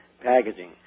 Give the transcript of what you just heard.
packaging